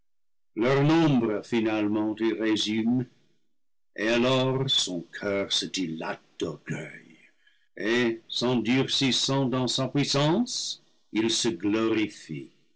leur nombre finalement il résume et alors son coeur se dilate d'orgueil et s'endurcissant dans sa puissance il se glorifie